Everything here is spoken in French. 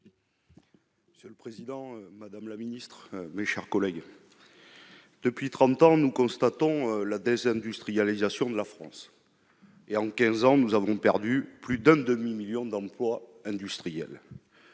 Monsieur le président, madame la secrétaire d'État, mes chers collègues, depuis trente ans, nous constatons la désindustrialisation de la France. En quinze ans, nous avons perdu plus d'un demi-million d'emplois industriels